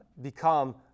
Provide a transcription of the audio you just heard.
become